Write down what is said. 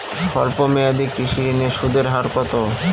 স্বল্প মেয়াদী কৃষি ঋণের সুদের হার কত?